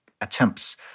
attempts